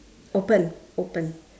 open open